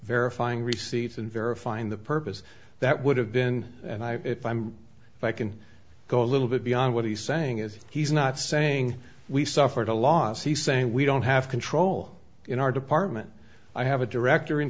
verifying receipt and verifying the purpose that would have been and i i can go a little bit beyond what he's saying is he's not saying we suffered a loss he's saying we don't have control in our department i have a director in